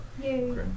Yay